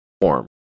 form